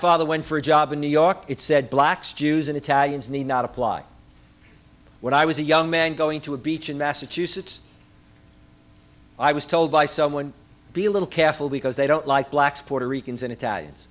father went for a job in new york it said blacks jews and italians need not apply when i was a young man going to a beach in massachusetts i was told by someone be a little careful because they don't like blacks puerto rican and italians